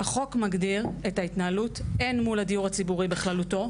החוק מגדיר את ה התנהלות הן מול הדיור הציבורי בכללותו,